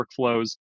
workflows